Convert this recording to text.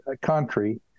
country